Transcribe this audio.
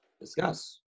Discuss